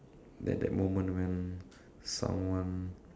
that that moment when someone